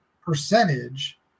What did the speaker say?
percentage